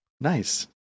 Nice